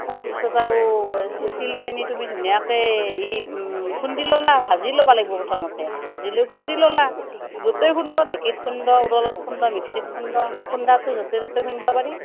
তাৰ পিছত আৰু হেৰি তিলখিনি তুমি ধুনীয়াকেই হেৰি খুন্দি ল'লা ভাজি ল'ব লাগিব প্ৰথমে ভাজি লৈ খুন্দি ল'লা য'তেই খুন্দা ঢেঁকীত খুন্দবা উৰলত খুন্দবা বা মিক্সিত খুন্দবা খুন্দাটো য'তে ত'তে খুন্দবা পাৰি